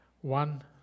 one